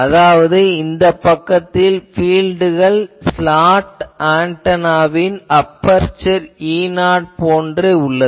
அதாவது இந்த பக்கத்தில் பீல்ட்கள் ஸ்லாட் ஆன்டெனாவின் அபெர்சர் E0 போன்று உள்ளது